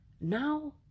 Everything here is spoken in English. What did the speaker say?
Now